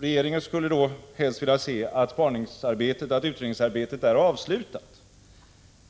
Regeringen skulle helst vilja se att utredningsarbetet då är avslutat.